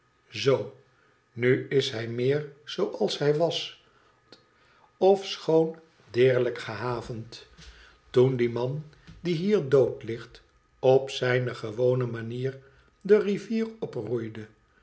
zoo nu is hij meer zooals hij was ochoon deerlijk gehavend toen die man die hier dood ligt op zijne gewone manier de rivier oproeide